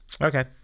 Okay